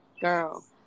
girl